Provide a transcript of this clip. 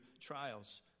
trials